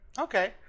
Okay